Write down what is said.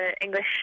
English